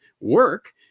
work